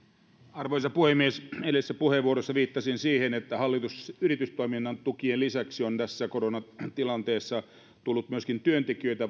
arvoisa puhemies edellisessä puheenvuorossa viittasin siihen että hallitus yritystoiminnan tukien lisäksi on tässä koronatilanteessa tullut myöskin työntekijöitä